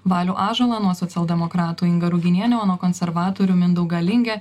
valių ąžuolą nuo socialdemokratų ingą ruginienę o nuo konservatorių mindaugą lingę